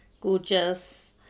gorgeous